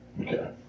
Okay